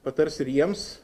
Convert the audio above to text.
patars ir jiems